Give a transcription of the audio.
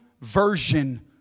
version